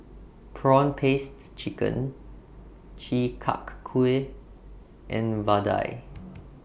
Prawn Paste Chicken Chi Kak Kuih and Vadai